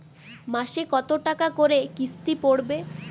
মাসে কত টাকা করে কিস্তি পড়বে?